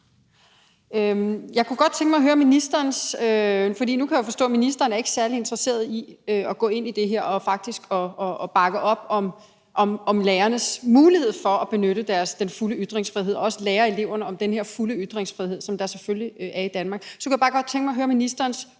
ret uhyggelig og væmmelig situation, desværre. Nu kan jeg forstå, at ministeren ikke er særlig interesseret i at gå ind i det her og bakke op om lærernes mulighed for at benytte deres fulde ytringsfrihed og lære eleverne om den her fulde ytringsfrihed, som der selvfølgelig er i Danmark, og så kunne jeg bare godt tænke mig at høre ministerens